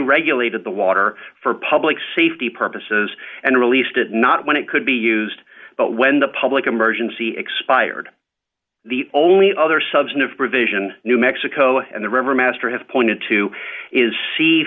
regulated the water for public safety purposes and released it not when it could be used but when the public emergency expired the only other sub's of provision new mexico and the river master have pointed to is